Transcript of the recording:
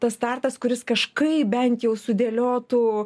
tas startas kuris kažkaip bent jau sudėliotų